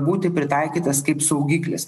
būti pritaikytas kaip saugiklis